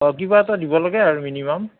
অঁ কিবা এটা দিব লাগে আৰু মিনিমাম